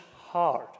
hard